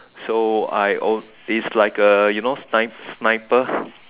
so I is like a you know sniper